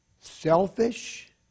selfish